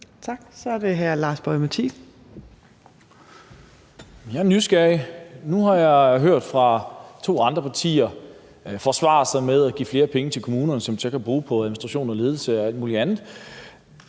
Kl. 16:57 Lars Boje Mathiesen (NB): Jeg er nysgerrig. Nu har jeg hørt to andre partier forsvare det med at give flere penge til kommunerne, som de så kan bruge på administration, ledelse og alt mulig andet,